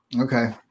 okay